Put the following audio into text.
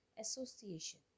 association